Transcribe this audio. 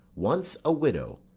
once a widow,